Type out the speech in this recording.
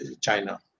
China